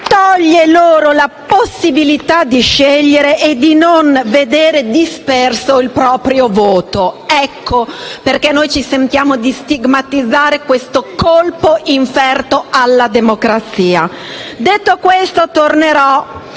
toglie loro la possibilità di scegliere e di non vedere disperso il proprio voto. Ecco perché noi ci sentiamo di stigmatizzare questo colpo inferto alla democrazia. Detto questo, tornerò